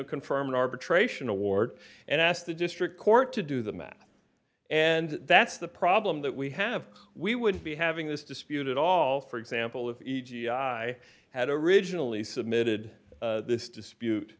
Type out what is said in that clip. to confirm an arbitration award and ask the district court to do the math and that's the problem that we have we would be having this dispute at all for example if e g i had originally submitted this dispute